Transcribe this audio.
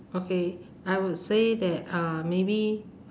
okay I would say that uh maybe